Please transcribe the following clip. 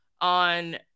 on